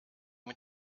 mit